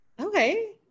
Okay